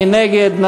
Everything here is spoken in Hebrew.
מי נגד?